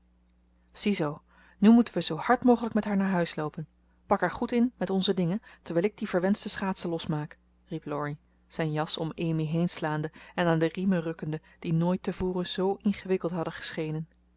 ziezoo nu moeten wij zoo hard mogelijk met haar naar huis loopen pak haar goed in met onze dingen terwijl ik die verwenschte schaatsen losmaak riep laurie zijn jas om amy heenslaande en aan de riemen rukkende die nooit te voren zoo ingewikkeld hadden geschenen